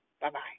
Bye-bye